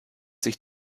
sich